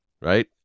right